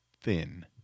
thin